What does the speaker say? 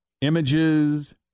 images